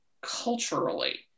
culturally